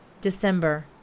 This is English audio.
December